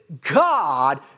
God